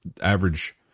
average